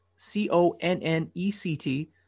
C-O-N-N-E-C-T